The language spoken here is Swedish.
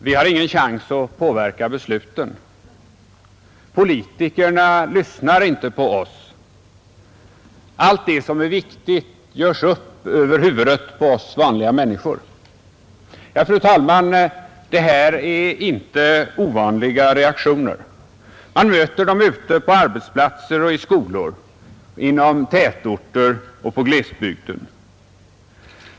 Fru talman! ”Vi har ingen chans att påverka besluten.” — ”Politikerna lyssnar inte på oss.” — ”Allt det viktiga görs upp över huvudet på oss vanliga människor.” Ja, fru talman, detta är inga ovanliga reaktioner. Man möter dem på arbetsplatser och i skolor, inom tätorter och glesbygd.